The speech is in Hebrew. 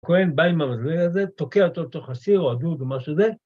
כהן בא עם המזלג הזה, תוקע אותו לתוך הסיר או הדוד או מה שזה.